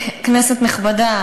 כנסת נכבדה,